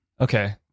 okay